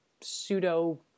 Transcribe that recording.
pseudo